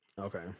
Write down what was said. Okay